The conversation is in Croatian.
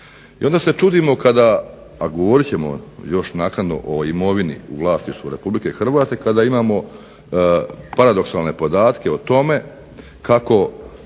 I onda se čudimo, a govorit ćemo još naknado o imovini u vlasništvu Republike Hrvatske kada imamo paradoksalne podatke o tome kako